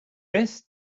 best